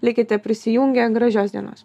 likite prisijungę gražios dienos